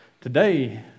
Today